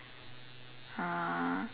uh